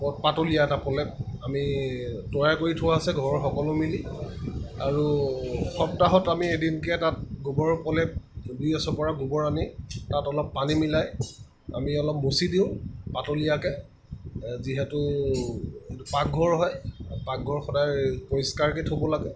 পাতলীয়া এটা প্ৰলেপ আমি তৈয়াৰ কৰি থোৱা আছে ঘৰৰ সকলো মিলি আৰু সপ্তাহত আমি এদিনকৈ তাত গোবৰৰ প্ৰলেপ দুই এচপৰা গোবৰ আনি তাত অলপ পানী মিলাই আমি অলপ মোচি দিওঁ পাতলীয়াকৈ যিহেতু এইটো পাকঘৰ হয় পাকঘৰ সদায় পৰিষ্কাৰকৈ থ'ব লাগে